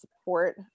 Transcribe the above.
support